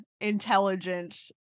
intelligent